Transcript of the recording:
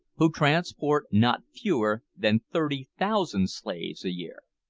who transport not fewer than thirty thousand slaves a year!